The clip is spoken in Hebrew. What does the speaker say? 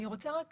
אני רוצה רק